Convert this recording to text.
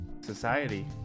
society